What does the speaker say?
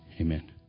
Amen